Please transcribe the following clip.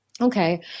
Okay